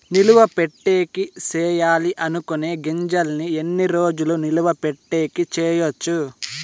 నిలువ పెట్టేకి సేయాలి అనుకునే గింజల్ని ఎన్ని రోజులు నిలువ పెట్టేకి చేయొచ్చు